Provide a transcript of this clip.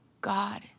God